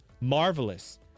marvelous